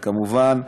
וכמובן,